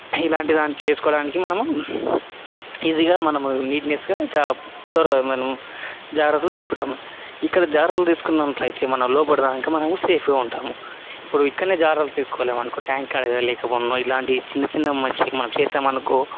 ఇలాంటిది చేసుకోవడానికి మనము ఈజీగా మనము నీట్నెస్గా త్వరగా మనం జాగ్రత్తలు తీసుకుంటాం ఇక్కడ జాగ్రత్తలు తీసుకున్నట్లయితే మన లోపటిదాకా మనం సేఫ్గా ఉంటాము ఇప్పుడు ఇక్కడనే జాగ్రత్తగా తీసుకోవాలి ట్యాంక్కాడా లేకపోను ఇట్లాంటి చిన్న చిన్న మనం చేశామనుకో